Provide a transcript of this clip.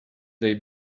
they